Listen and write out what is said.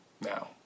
now